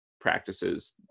practices